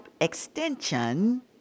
extension